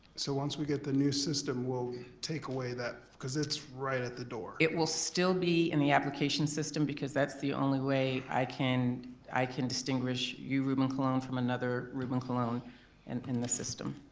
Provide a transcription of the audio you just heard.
so once we get the new system, we'll take away that cause it's right at the door. it will still be in the application system because that's the only way i can i can distinguish you, reuben cologne, from another reuben cologne and in the system.